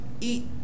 eat